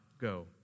go